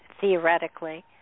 theoretically